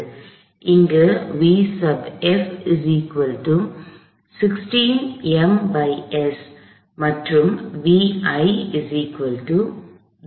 இங்கு vf 16 ms மற்றும் vi 0 ஆகும்